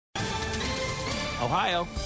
Ohio